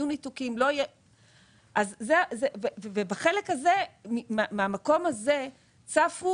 יהיו ניתוקים בחלק הזה מהמקום הזה צפו